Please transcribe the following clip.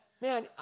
Man